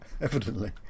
Evidently